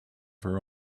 her